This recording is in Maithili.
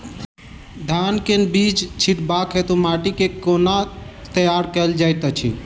धान केँ बीज छिटबाक हेतु माटि केँ कोना तैयार कएल जाइत अछि?